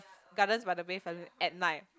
Gardens-by-the-Bay Saturday at night